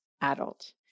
adult